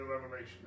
Revelation